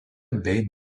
bei